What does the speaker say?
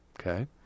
Okay